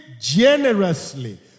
generously